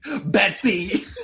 Betsy